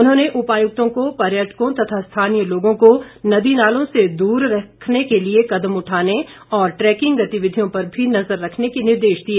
उन्होंने उपायुक्तों को पर्यटकों तथा स्थानीय लोगों को नदी नालों से दूर रखने के लिए कदम उठाने और ट्रैकिंग गतिविधियों पर भी नजर रखने के निर्देश दिए